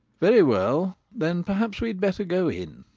very well then perhaps we better go in.